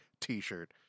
T-shirt